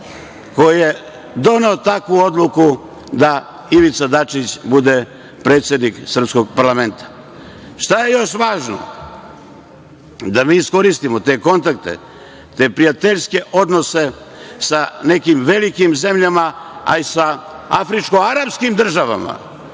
koji je doneo takvu odluku da Ivica Dačić bude predsednik srpskog parlamenta. Šta je još važno? Važno je da mi iskoristimo te kontakte, te prijateljske odnose sa nekim velikim zemljama, a i sa afričko-arapskim državama,